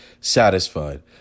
satisfied